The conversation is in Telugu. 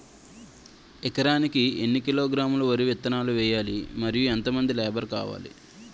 ఎకరానికి ఎన్ని కిలోగ్రాములు వరి విత్తనాలు వేయాలి? మరియు ఎంత మంది లేబర్ కావాలి?